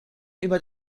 über